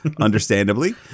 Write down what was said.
understandably